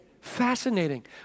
Fascinating